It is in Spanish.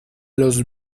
los